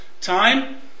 Time